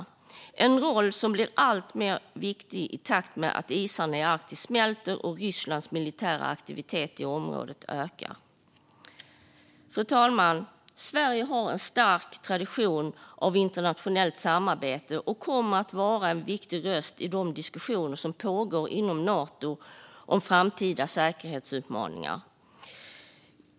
Det är en roll som blir alltmer viktig i takt med att isarna i Arktis smälter och Rysslands militära aktivitet i området ökar. Fru talman! Sverige har en stark tradition av internationellt samarbete och kommer att vara en viktig röst i de diskussioner som pågår inom Nato om framtida säkerhetsutmaningar.